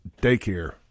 Daycare